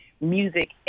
music